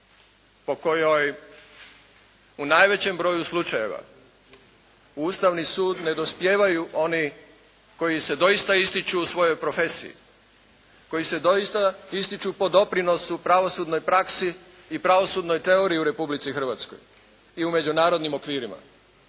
po kojoj u najvećem broju slučajeva u Ustavni sud ne dospijevaju oni koji se doista ističu u svojoj profesiji. Koji se doista ističu po doprinosu pravosudnoj praksi i pravosudnoj teoriji u Republici Hrvatskoj i u međunarodnim okvirima.